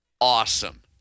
awesome